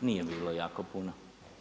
nije bilo jako puno.